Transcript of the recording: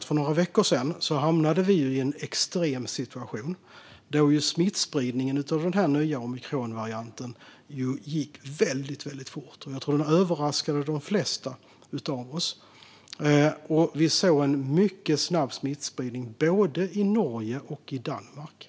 För några veckor sedan hamnade vi i en extrem situation, då smittspridningen av den nya omikronvarianten gick väldigt fort. Jag tror att den överraskade de flesta av oss. Vi såg en mycket snabb smittspridning både i Norge och i Danmark.